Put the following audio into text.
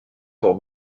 pour